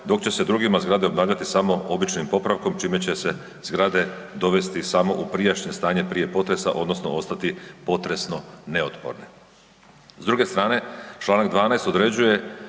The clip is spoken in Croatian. dok će se drugima zgrade obnavljati samo običnim popravkom čime će se zgrade dovesti u samo u prijašnje stanje prije potresa odnosno ostati potresno neotporne. S druge strane čl. 12. određuje